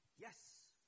yes